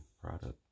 product